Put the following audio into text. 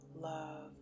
love